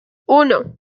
uno